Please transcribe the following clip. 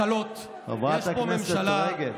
חבר הכנסת משה ארבל,